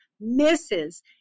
misses